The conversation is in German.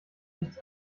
nichts